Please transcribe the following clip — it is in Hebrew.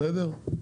בסדר?